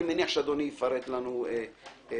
אני מניח שאדוני יפרט לנו בהמשך.